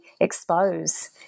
expose